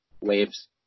Waves